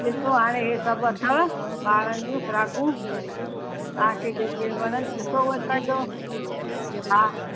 ॾिसो हाणे ही सभु अथव ॿारनि जूं फ्राकूं तव्हांखे जेके वणनि ॾिसो उहो कॼो हा